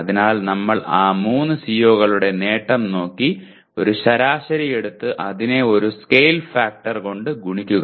അതിനാൽ നമ്മൾ ആ 3 CO കളുടെ നേട്ടം നോക്കി ഒരു ശരാശരി എടുത്ത് അതിനെ ഒരു സ്കെയിൽ ഫാക്ടർ കൊണ്ട് ഗുണിക്കുക